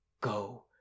go